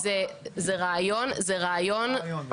זה רעיון --- רעיון.